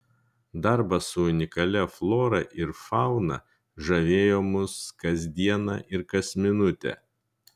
darbas su unikalia flora ir fauna žavėjo mus kas dieną ir kas minutę